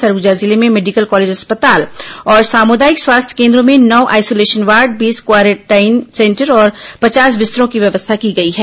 सरगुजा जिले में medical college अस्पताल और सामुदायिक स्वास्थ्य केन्द्रों में नौ आईसोलेशन वार्ड बीस क्वारेंटाइन सेंटर और पचास बिस्तरों की व्यवस्था की गई है